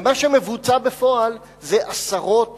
ומה שמבוצע בפועל זה עשרות